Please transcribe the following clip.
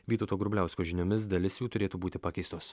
vytauto grubliausko žiniomis dalis jų turėtų būti pakeistos